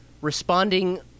responding